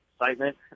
excitement